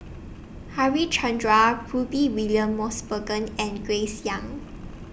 Harichandra Rudy William Mosbergen and Grace Young